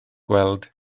gweld